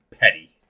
petty